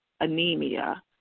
anemia